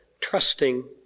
trusting